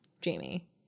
Jamie